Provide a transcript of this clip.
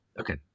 Okay